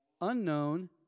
unknown